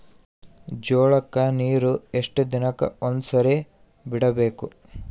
ಜೋಳ ಕ್ಕನೀರು ಎಷ್ಟ್ ದಿನಕ್ಕ ಒಂದ್ಸರಿ ಬಿಡಬೇಕು?